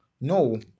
No